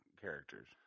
characters